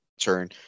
turn